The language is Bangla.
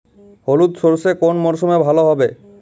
হলুদ সর্ষে কোন মরশুমে ভালো হবে?